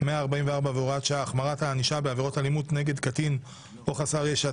144 והוראות שעה) (החמרת הענישה בעבירות אלימות נגד קטין או חסר ישע),